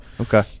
okay